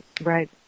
right